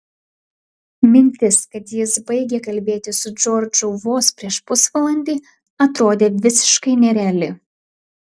mintis kad jis baigė kalbėti su džordžu vos prieš pusvalandį atrodė visiškai nereali